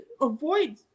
avoid